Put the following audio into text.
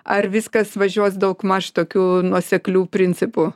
ar viskas važiuos daugmaž tokiu nuosekliu principu